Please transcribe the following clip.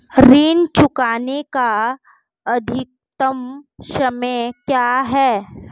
ऋण चुकाने का अधिकतम समय क्या है?